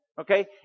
Okay